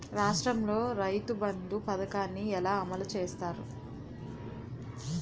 రాష్ట్రంలో రైతుబంధు పథకాన్ని ఎలా అమలు చేస్తారు?